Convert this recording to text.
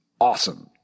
awesome